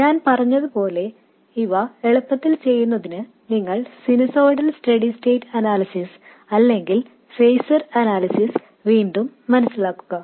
ഞാൻ പറഞ്ഞതുപോലെ ഇവ എളുപ്പത്തിൽ ചെയ്യുന്നതിന് നിങ്ങൾ സിനുസോയ്ഡൽ സ്റ്റഡി സ്റ്റേറ്റ് അനാലിസിസ് അല്ലെങ്കിൽ ഫേസർ അനാലിസിസ് വീണ്ടും മനസിലാക്കുക